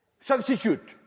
substitute